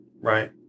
right